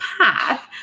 path